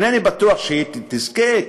אינני בטוח שהיא תזכה,